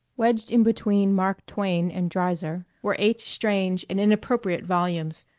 wedged in between mark twain and dreiser were eight strange and inappropriate volumes,